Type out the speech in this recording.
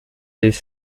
les